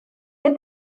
qué